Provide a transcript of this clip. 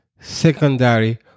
secondary